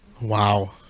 Wow